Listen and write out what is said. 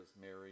Mary